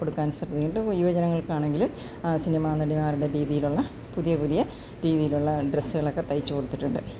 കൊടുക്കാൻ ശ്രമിക്കുന്നുണ്ട് ഇപ്പോൾ യുവജനങ്ങൾക്കാണെങ്കില് ആ സിനിമാ നടിമാരുടെ രീതിയിലുള്ള പുതിയ പുതിയ രീതിയിലുള്ള ഡ്രസ്സ്കളൊക്കെ തയ്ച്ച് കൊടുത്തിട്ടുണ്ട്